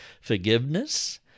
forgiveness